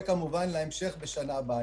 וכמובן להמשך בשנה הבאה.